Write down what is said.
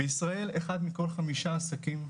בישראל אחד מכל חמישה עסקים,